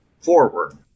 forward